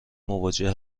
مواجه